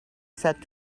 said